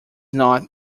not